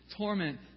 torment